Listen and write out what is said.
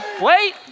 wait